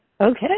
okay